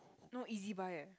no e_z-buy eh